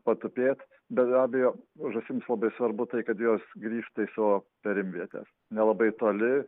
patupėt be abejo žąsims labai svarbu tai kad jos grįžta į savo perimvietes nelabai toli